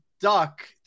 Duck